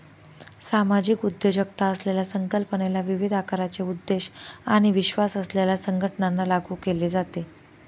सामाजिक उद्योजकता असलेल्या संकल्पनेला विविध आकाराचे उद्देश आणि विश्वास असलेल्या संघटनांना लागू केले जाते